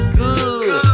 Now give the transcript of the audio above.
good